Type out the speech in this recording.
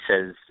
says